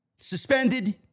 suspended